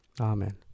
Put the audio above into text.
Amen